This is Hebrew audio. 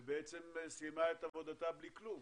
ובעצם סיימה את עבודתה בלי כלום.